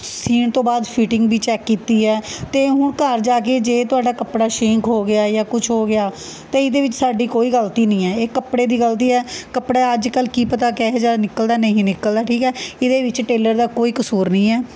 ਸੀਣ ਤੋਂ ਬਾਅਦ ਫੀਟਿੰਗ ਵੀ ਚੈੱਕ ਕੀਤੀ ਹੈ ਅਤੇ ਹੁਣ ਘਰ ਜਾ ਕੇ ਜੇ ਤੁਹਾਡਾ ਕੱਪੜਾ ਸ਼ੀਂਕ ਹੋ ਗਿਆ ਜ਼ਾਂ ਕੁਛ ਹੋ ਗਿਆ ਤੇ ਇਹਦੇ ਵਿੱਚ ਸਾਡੀ ਕੋਈ ਗਲਤੀ ਨਹੀਂ ਹੈ ਇਹ ਕੱਪੜੇ ਦੀ ਗਲਤੀ ਹੈ ਕੱਪੜਾ ਅੱਜ ਕੱਲ੍ਹ ਕੀ ਪਤਾ ਕਿਹੋ ਜਿਹਾ ਨਿਕਲਦਾ ਨਹੀਂ ਨਿਕਲਦਾ ਠੀਕ ਹੈ ਇਹਦੇ ਵਿੱਚ ਟੇਲਰ ਦਾ ਕੋਈ ਕਸੂਰ ਨਹੀਂ ਹੈ